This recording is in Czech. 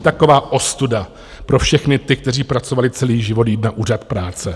Taková ostuda pro všechny ty, kteří pracovali celý život, jít na Úřad práce.